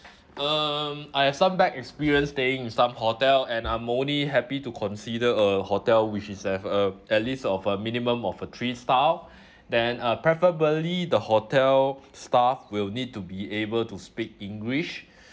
um I have some bad experience staying in some hotel and I'm only happy to consider a hotel which is have uh at least of a minimum of a three star then uh preferably the hotel staff will need to be able to speak english